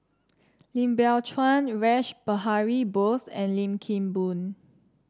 Lim Biow Chuan Rash Behari Bose and Lim Kim Boon